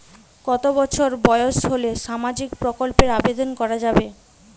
কত বছর বয়স হলে সামাজিক প্রকল্পর আবেদন করযাবে?